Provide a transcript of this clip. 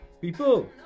people